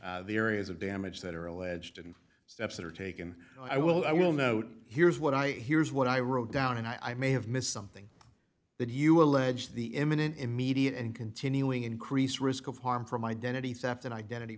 forth the areas of damage that are alleged and steps that are taken i will i will note here's what i here's what i wrote down and i may have missed something that you allege the imminent immediate and continuing increase risk of harm from identity theft and identity